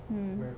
mm